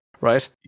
right